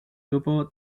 grupo